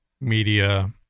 media